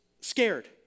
scared